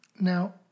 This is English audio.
Now